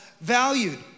valued